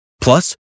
Plus